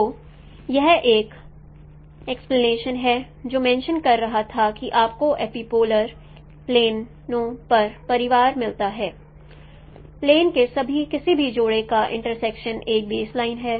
तो यह एक एक्सप्लनेशन है जो मेंशं कर रहा था कि आपको एपिपोलर प्लेनों का परिवार मिलता है प्लेन के किसी भी जोड़े का इंटर्सेक्शन एक बेसलाइन है